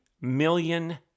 million